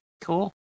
Cool